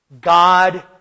God